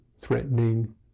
threatening